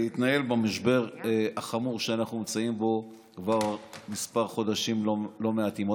במשבר החמור שאנחנו נמצאים בו כבר חודשים לא מעטים,